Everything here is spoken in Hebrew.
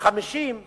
ל-50%